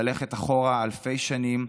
ללכת אחורה אלפי שנים,